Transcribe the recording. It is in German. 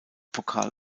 pokal